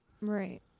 right